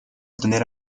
tener